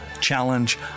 challenge